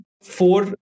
four